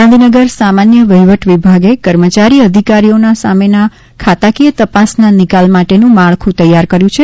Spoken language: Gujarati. ગાંધીનગર સામાન્ય વહીવટ વિભાગે કર્મચારી અધિકારીઓ સામેના ખાતાકીય તપાસના નિકાલ માટેનું માળખું તૈયાર કર્યું છે